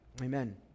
Amen